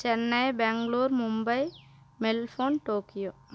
Chennai Bangalore Mumbai Melbourne Tokyo